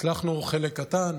הצלחנו חלק קטן,